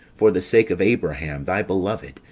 for the sake of abraham, thy beloved,